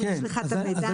אם יש לך את המידע?